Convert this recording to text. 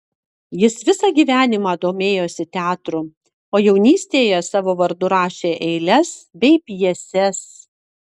jis visą gyvenimą domėjosi teatru o jaunystėje savo vardu rašė eiles bei pjeses